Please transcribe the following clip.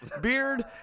beard